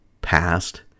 past